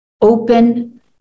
open